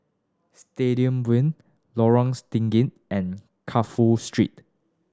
Stadium Boulevard Lorong Stangee and Crawford Street